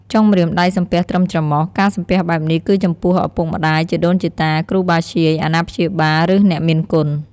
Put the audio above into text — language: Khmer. ចុងម្រាមដៃសំពះត្រឹមច្រមុះ ការសំពះបែបនេះ គឺចំពោះឳពុកម្តាយ ជីដូនជីតា គ្រូបាធ្យាយ អាណាព្យាបាល ឬ អ្នកមានគុណ។